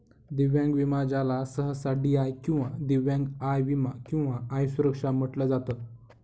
दिव्यांग विमा ज्याला सहसा डी.आय किंवा दिव्यांग आय विमा किंवा आय सुरक्षा म्हटलं जात